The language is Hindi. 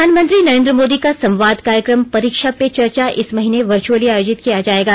प्रधानमंत्री नरें द्र मोदी का संवाद कार्य क्र म परीक्षा पे चर्चा इस महीने वर्चुअली आयोजित किया जाएगा